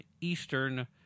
Eastern